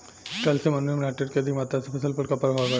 Calcium ammonium nitrate के अधिक मात्रा से फसल पर का प्रभाव परेला?